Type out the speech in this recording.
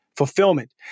fulfillment